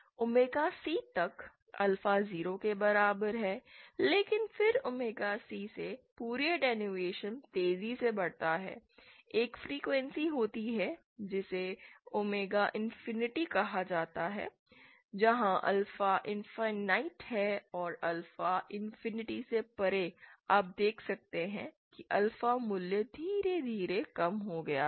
omega C तक alpha 0 के बराबर है लेकिन फिर ओमेगा C से परे अटैंयुएशन तेजी से बढ़ता है एक फ्रीक्वेंसी होती है जिसे ओमेगा इंफिनिटी कहा जाता है जहां अल्फा इनफाईनाइट है और अल्फा इन्फिनिटी से परे आप देख सकते हैं कि अल्फा मूल्य धीरे धीरे कम हो गया है